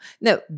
No